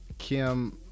Kim